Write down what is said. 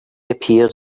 appeared